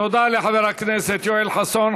תודה לחבר הכנסת יואל חסון.